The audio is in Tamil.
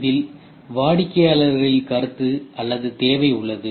இதில் வாடிக்கையாளர்களின் கருத்து அல்லது தேவை உள்ளது